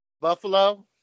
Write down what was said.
Buffalo